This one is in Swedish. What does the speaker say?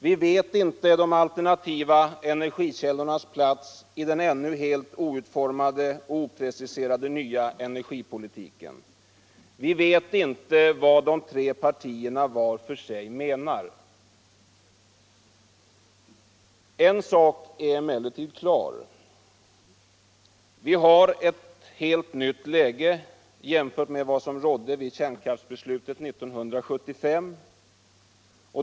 Vi vet inte de alternativa energikällornas plats i den ännu helt outformade och opreciserade nya energipolitiken. Vi vet inte vad de tre partierna vart för sig menar. En sak är emellertid klar. Vi har eu helt nytt läge jämfört med vad som rådde vid kärnkraftsbeslutet 1975.